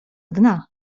dna